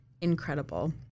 incredible